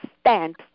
stand